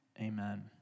amen